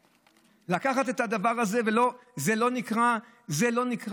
לקחת את הדבר הזה, זה לא נקרא אכזריות?